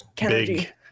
Big